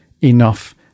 enough